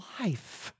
life